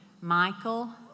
Michael